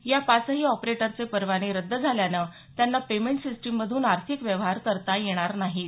या पाचही ऑपरेटरचे परवाने रद्द झाल्यानं त्यांना पेमेंट सिस्टिमधून आर्थिक व्यवहार करता येणार नाहीत